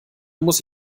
muss